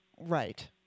Right